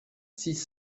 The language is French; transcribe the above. six